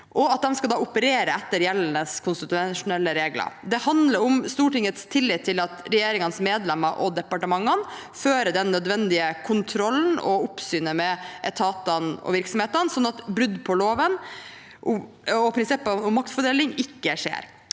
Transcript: og at de skal operere etter gjeldende konstitusjonelle regler. Det handler om Stortingets tillit til at regjeringens medlemmer og departementene fører den nødvendige kontrollen og oppsynet med etatene og virksomhetene, sånn at brudd på loven og prinsippet om maktfordeling ikke skjer.